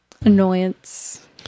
annoyance